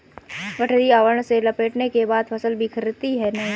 गठरी आवरण से लपेटने के बाद फसल बिखरती नहीं है